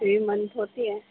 three month ہوتی ہے